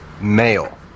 male